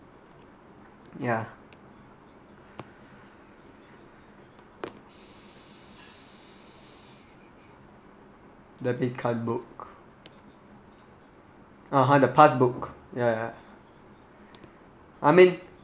ya debit card book (uh huh) the passbook ya ya I mean